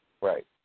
Right